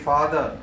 Father